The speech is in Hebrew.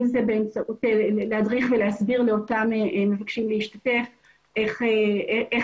להדריך ולהסביר לאותם מבקשים להשתתף איך